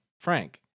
Frank